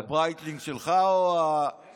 לפי הברייטלינג שלך או הרולקס?